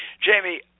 Jamie